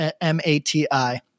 M-A-T-I